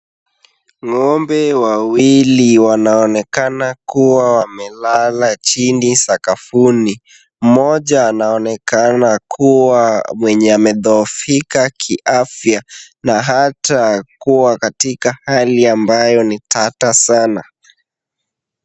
Ng'ombe wawili wanaonekana kuwa wamelala chini sakafuni, mmoja anaonekana kuwa mwenye amedhoofika kiafya na hata kuwa katika hali ambayo ni tata sana.